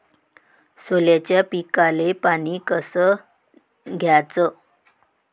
सोल्याच्या पिकाले पानी कस द्याचं?